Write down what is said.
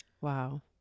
Wow